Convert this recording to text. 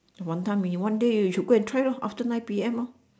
wanton-mee one day you should go and try lor after nine P M hor